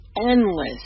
endless